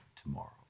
tomorrow